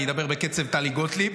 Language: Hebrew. אני אדבר בקצב טלי גוטליב,